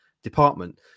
department